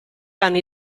anni